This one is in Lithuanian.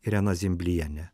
irena zimbliene